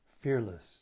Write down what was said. fearless